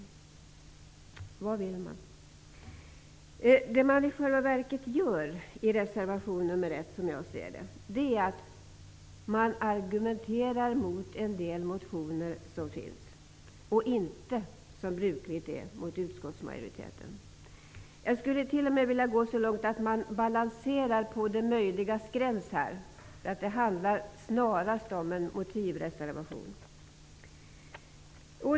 Vad vill man? Det socialdemokraterna i själva verket gör i reservation nr 1 är enligt min mening att argumentera mot en del motioner som finns och inte, som brukligt är, mot utskottsmajoriteten. Jag skulle t.o.m. vilja gå så långt som att påstå att man här balanserar på det möjligas gräns. Det handlar snarast om en motivreservation.